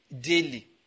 daily